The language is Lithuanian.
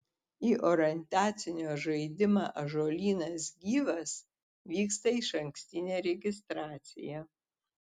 į orientacinio žaidimą ąžuolynas gyvas vyksta išankstinė registracija